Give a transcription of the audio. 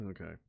okay